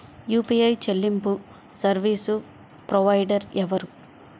UPI చెల్లింపు service provider ఎవరు?